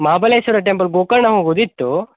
Mahabaleshwar temple Gokarna ಹೋಗೋದಿತ್ತು